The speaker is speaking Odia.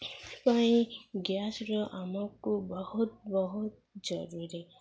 ପାଇଁ ଗ୍ୟାସର ଆମକୁ ବହୁତ ବହୁତ ଜରୁରୀ